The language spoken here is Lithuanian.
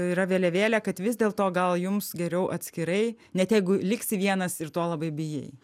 yra vėliavėlė kad vis dėlto gal jums geriau atskirai net jeigu liksi vienas ir to labai bijai